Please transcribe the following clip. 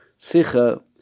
sicha